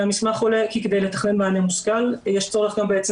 מהמסמך עולה כי כדי לתכנן מענה מושכל יש צורך גם בעצם